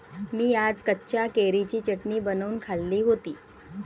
मी आज कच्च्या कैरीची चटणी बनवून खाल्ली होती